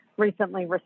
recently